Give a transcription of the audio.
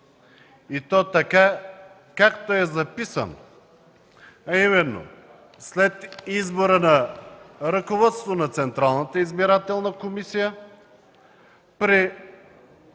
и то така, както е записан, а именно – след избора на ръководство на Централната избирателна комисия при